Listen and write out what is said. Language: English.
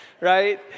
right